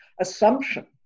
assumption